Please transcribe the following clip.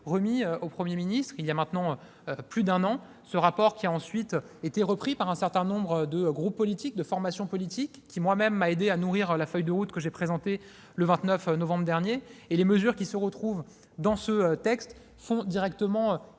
remis au Premier ministre il y a maintenant plus d'un an. Ce rapport, ensuite repris par un certain nombre de groupes politiques, m'a moi-même aidé à nourrir la feuille de route que j'ai présentée le 29 novembre dernier. Les mesures qui se retrouvent dans ce texte font directement